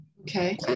Okay